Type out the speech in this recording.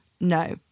No